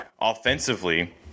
offensively